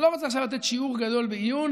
אני לא רוצה עכשיו לתת שיעור גדול בעיון,